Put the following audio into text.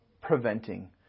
Preventing